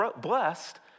blessed